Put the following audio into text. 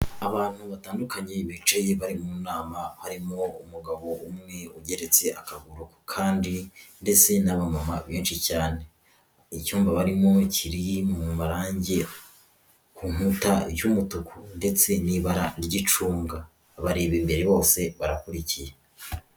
Abantu batandukanye bicaye bari mu nama, harimo umugabo umwe wicaye ugeretse akaguru ku kandi, ndetse n'abamama benshi cyane. Icyumba barimo kiri mu marangi ku nkuta y'umutuku, ndetse n'ibara ry'icunga, bareba imbere bose barakurikiye.